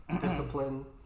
discipline